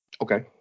Okay